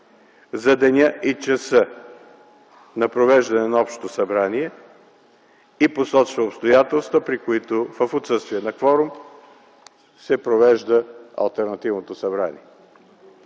за деня и часа на провеждане на общото събрание и посочва обстоятелства, при които в отсъствие на кворум се провежда алтернативното събрание.